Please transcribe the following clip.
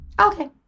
Okay